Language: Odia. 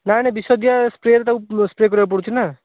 ନାଇଁ ନାଇଁ ବିଷ ଦିଆ ସ୍ପ୍ରେରେ ତାକୁ ସ୍ପ୍ରେ କରିବାକୁ ପଡ଼ୁଛିନା